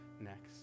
next